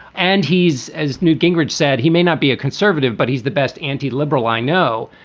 and he's, as newt gingrich said, he may not be a conservative, but he's the best anti liberal i know.